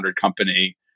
company